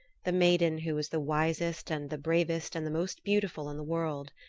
the maiden who was the wisest and the bravest and the most beautiful in the world.